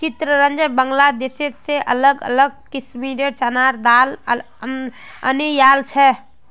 चितरंजन बांग्लादेश से अलग अलग किस्मेंर चनार दाल अनियाइल छे